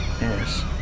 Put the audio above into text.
yes